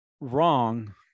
Wrong